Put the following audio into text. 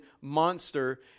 monster